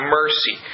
mercy